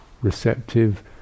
receptive